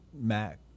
Mac